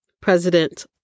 President